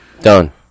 Done